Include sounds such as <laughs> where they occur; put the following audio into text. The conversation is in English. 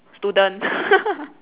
student <laughs>